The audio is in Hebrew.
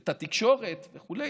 את התקשורת וכו'.